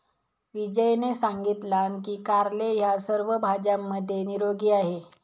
विजयने सांगितलान की कारले ह्या सर्व भाज्यांमध्ये निरोगी आहे